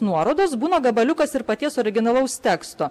nuorodos būna gabaliukas ir paties originalaus teksto